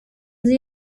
sie